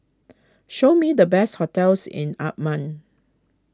show me the best hotels in Amman